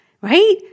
right